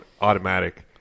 automatic